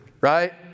right